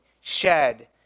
shed